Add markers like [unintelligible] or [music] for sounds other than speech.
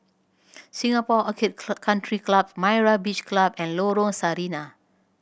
Singapore Orchid [unintelligible] Country Club Myra Beach Club and Lorong Sarina